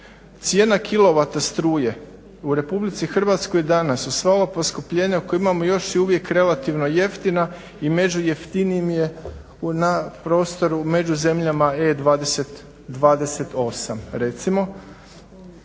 Cijena kilovata struje u Republici Hrvatskoj danas uz sva ova poskupljenja koja imamo još je uvijek relativno jeftina i među jeftinijim je na prostoru među zemljama E28 recimo.